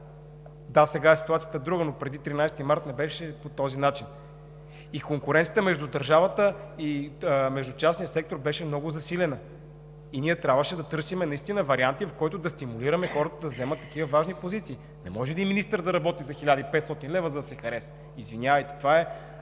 Сега ситуацията е друга, но преди 13 март не беше по този начин. Конкуренцията между държавата и частния сектор беше много засилена – ние трябваше да търсим вариант да стимулираме хората да заемат такива важни позиции. Не може един министър да работи за 1500 лв., за да се хареса. Извинявайте, това е